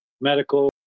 medical